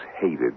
hated